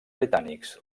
britànics